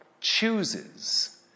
chooses